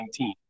2019